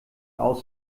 auch